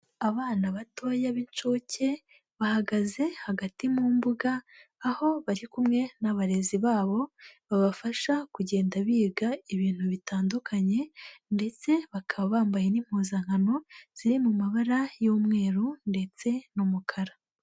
Abana batoya b'inshuke bahagaze hagati mu mbuga, aho bari kumwe n'abarezi babo babafasha kugenda biga ibintu bitandukanye ndetse bakaba bambaye n'impuzankano ziri mu mabara y'umweru ndetse n'umukara.